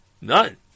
None